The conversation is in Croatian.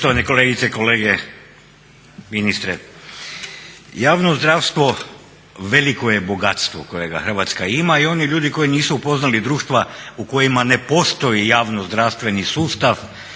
Hrvatska ima i oni ljudi koji nisu upoznali društva u kojima ne postoji javno zdravstveni sustav